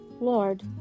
Lord